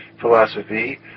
philosophy